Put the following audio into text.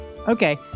Okay